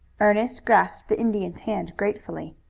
ernest grasped the indian's hand gratefully.